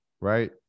right